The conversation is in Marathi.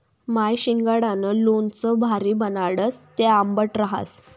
माय शिंगाडानं लोणचं भारी बनाडस, ते आंबट रहास